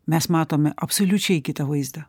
mes matome absoliučiai kitą vaizdą